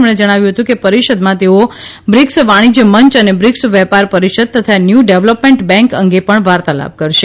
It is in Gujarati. તેમણે જણાવ્યુ હતુ કે પરિષદમાં તેઓ બ્રિકસ વાણિજય મંચ અને બ્રિકસ વેપાર પરિષદ તથા ન્યુ ડેવલોપમેન્ટ બેન્ક અંગે પણ વાર્તાલાપ કરશે